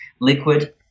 liquid